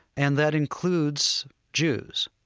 and that includes jews.